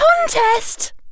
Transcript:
contest